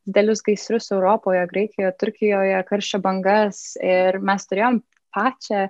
didelius gaisrus europoje graikijoje turkijoje karščio bangas ir mes turėjom pačią